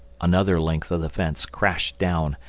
another length of the fence crashed down,